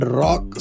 rock